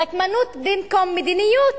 נקמנות במקום מדיניות,